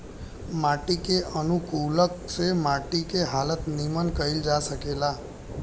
माटी के अनुकूलक से माटी के हालत निमन कईल जा सकेता